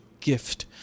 gift